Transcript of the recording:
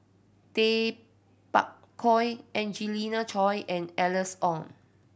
Tay Bak Koi Angelina Choy and Alice Ong